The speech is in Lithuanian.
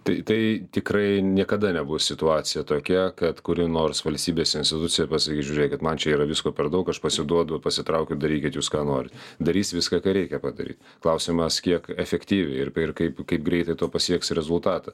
tai tai tikrai niekada nebus situacija tokia kad kuri nors valstybės institucija pasakys žiūrėkit man čia yra visko per daug aš pasiduodu pasitraukiu darykit jūs ką nori darys viską ką reikia padaryt klausimas kiek efektyviai ir ir kaip kaip greitai tuo pasieks rezultatą